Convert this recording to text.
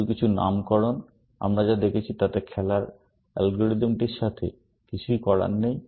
শুধু কিছু নামকরণ আমরা যা দেখছি তাতে খেলার অ্যালগরিদমটির সাথে কিছুই করার নেই